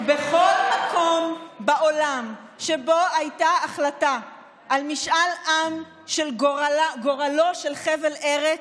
בכל מקום בעולם שבו הייתה החלטה על משאל עם על גורלו של חבל ארץ,